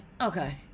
okay